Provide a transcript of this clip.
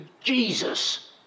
Jesus